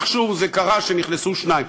איכשהו קרה שנכנסו שניים.